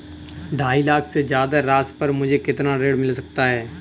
ढाई लाख से ज्यादा राशि पर मुझे कितना ऋण मिल सकता है?